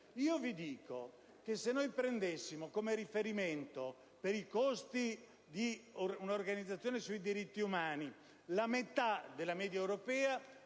media europea: se prendessimo come riferimento per i costi di un'organizzazione sui diritti umani la metà della media europea,